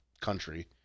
country